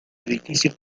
edificio